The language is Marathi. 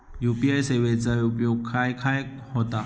यू.पी.आय सेवेचा उपयोग खाय खाय होता?